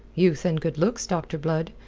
youth and good looks, doctor blood!